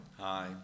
Hi